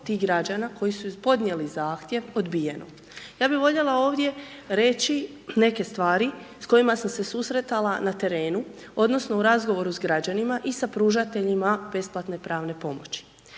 tih građana koji su podnijeli zahtjev odbijeno. Ja bih voljela ovdje reći neke stvari s kojima sam se susretala na terenu, odnosno u razgovoru sa građanima i sa pružateljima besplatne pravne pomoći.